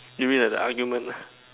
you mean like the argument